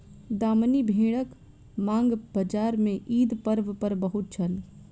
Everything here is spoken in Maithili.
दामनी भेड़क मांग बजार में ईद पर्व पर बहुत छल